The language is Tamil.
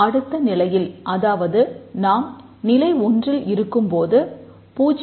அடுத்த நிலையில் அதாவது நாம் நிலை 1ல் இருக்கும்போது 0